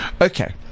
Okay